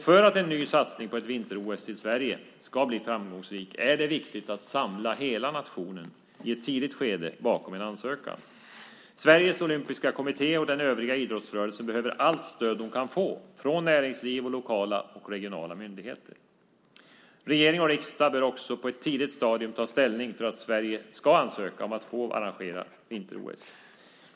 För att en ny satsning på ett vinter-OS i Sverige ska bli framgångsrik är det viktigt att i ett tidigt skede samla hela nationen bakom en ansökan. Sveriges Olympiska Kommitté och den övriga idrottsrörelsen behöver allt stöd de kan få från näringsliv och lokala och regionala myndigheter. Regering och riksdag bör på ett tidigt stadium ta ställning för att Sverige ska ansöka om att få arrangera vinter-OS.